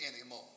anymore